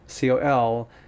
COL